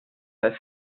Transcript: fest